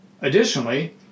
Additionally